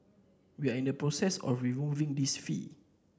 we are in the process of removing this fee